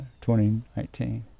2019